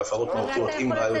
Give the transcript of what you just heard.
והפרות מהותיות עם ראיות,